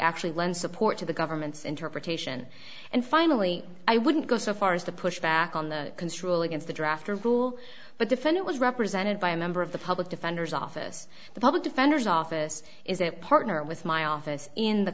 actually lend support to the government's interpretation and finally i wouldn't go so far as the pushback on the construal against the drafter rule but defendant was represented by a member of the public defender's office the public defender's office is a partner with my office in the